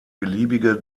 beliebige